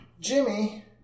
Jimmy